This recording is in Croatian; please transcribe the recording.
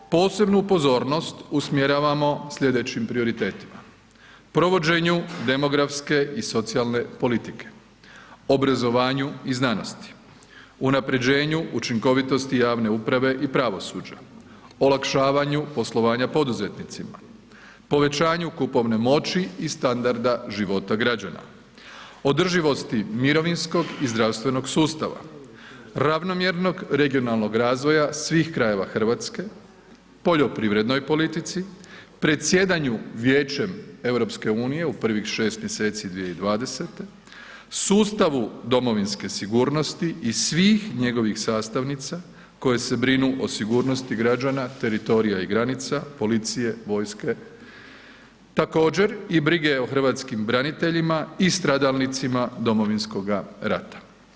Posebnu pozornost usmjeravamo slijedećim prioritetima, provođenju demografske i socijalne politike, obrazovanju i znanosti, unapređenju učinkovitosti javne uprave i pravosuđa, olakšavanju poslovanja poduzetnicima, povećanju kupovne moći i standarda života građana, održivosti mirovinskog i zdravstvenog sustava, ravnomjernog regionalnog razvoja svih krajeva Hrvatske, poljoprivrednoj politici, predsjedanju Vijećam EU-a u prvih 6 mjeseci 2020., sustavu domovinske sigurnosti i svih njegovih sastavnica koje se brinu o sigurnosti građana, teritorija i granica, policije, vojske također i brige o hrvatskim braniteljima i stradalnicima Domovinskoga rata.